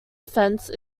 offense